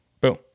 Boom